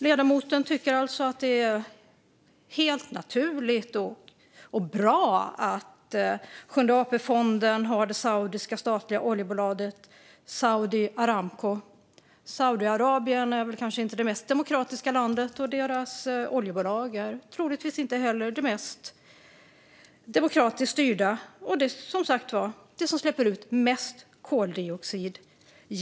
Ledamoten tycker alltså att det är helt naturligt och bra att Sjunde AP-fonden har investerat i det saudiska statliga oljebolaget Saudi Aramco. Saudiarabien är kanske inte det mest demokratiska landet, och deras oljebolag är troligtvis inte heller det mest demokratiskt styrda. Och det är som sagt det bolag genom historien som släpper ut mest koldioxid.